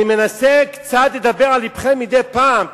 אני מנסה קצת לדבר על לבכם מדי פעם.